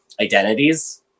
identities